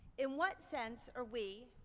in what sense are we,